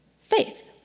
faith